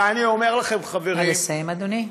ואני אומר לכם, חברים, נא לסיים, אדוני.